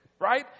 right